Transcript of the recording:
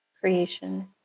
creation